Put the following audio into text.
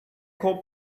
called